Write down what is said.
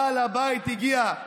בעל הבית הגיע.